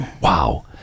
Wow